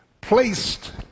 placed